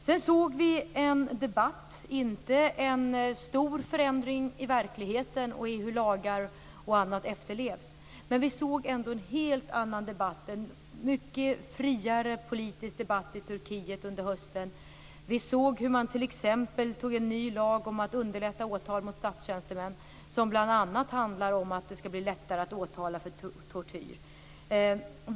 Sedan inträffade inte någon stor förändring i verkligheten i hur lagar osv. efterlevs, men man fick ändå en helt annan och friare politisk debatt i Turkiet under hösten. Vi såg t.ex. att man antog en ny lag om att underlätta åtal mot statstjänstemän som bl.a. handlar om att det ska bli lättare att åtala för tortyr.